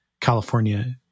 California